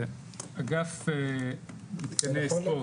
כן, אגף מתקני ספורט.